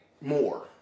more